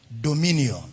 dominion